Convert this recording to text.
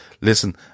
Listen